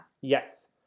yes